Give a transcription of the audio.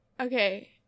Okay